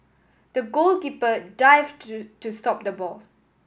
the goalkeeper dived to stop the ball